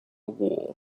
war